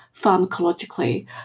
pharmacologically